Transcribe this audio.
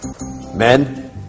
men